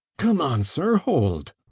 come on, sir hold.